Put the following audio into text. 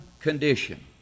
condition